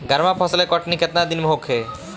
गर्मा फसल के कटनी केतना दिन में होखे?